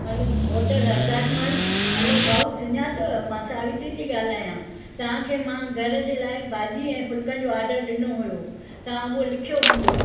हलो hotel Hardasmal hello भाऊ सुञातव मां सावित्री थी ॻाल्हायां तव्हांखे मां घर जे लाइ भाॼी ऐं फुल्कनि जो आडर ॾिनो हुयो तव्हां उहो लिखियो हूंदो